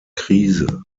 krise